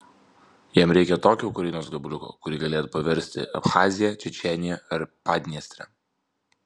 jam reikia tokio ukrainos gabaliuko kurį galėtų paversti abchazija čečėnija ar padniestre